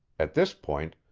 at this point,